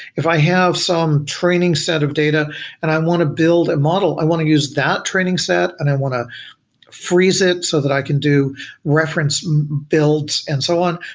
if i have some training set of data and i want to build a model, i want to use that training set and i want to freeze it so that i can do reference builds and so on,